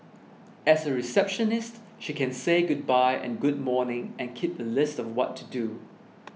as a receptionist she can say goodbye and good morning and keep a list of what to do